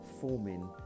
forming